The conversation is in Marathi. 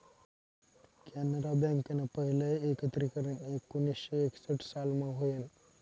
कॅनरा बँकनं पहिलं एकत्रीकरन एकोणीसशे एकसठ सालमा व्हयनं